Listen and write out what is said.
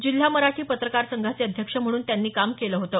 जिल्हा मराठी पत्रकार संघाचे अध्यक्ष म्हणून त्यांनी काम केलं होतं